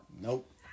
Nope